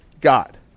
God